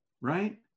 right